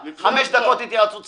חלקי המוצר וכמותם במוצר,